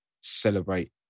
celebrate